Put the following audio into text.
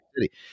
City